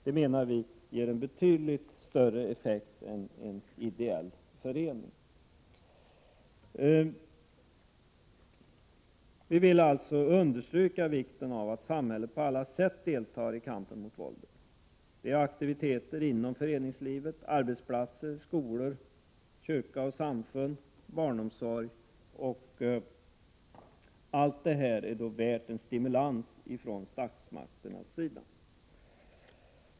Det menar jag ger betydligt större effekt än en ideell förenings verksamhet. Vi vill alltså understryka vikten av att samhället på olika sätt deltar i kampen mot våldet: med aktiviteter inom föreningsliv, på arbetsplatser, i skolor, inom kyrka och samfund samt inom barnomsorg. Det arbetet är värt en stimulans från statsmakterna.